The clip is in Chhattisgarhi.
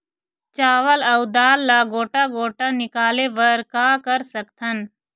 चावल अऊ दाल ला गोटा गोटा निकाले बर का कर सकथन?